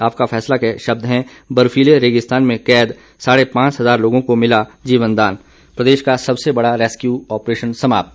आपका फैसला के शब्द हैं बर्फीले रेगीस्तान में कैद साढ़े पांच हजार लोगों को मिला नया जीवनदान प्रदेश का सबसे बड़ा रेस्क्यू ऑप्रेशन समाप्त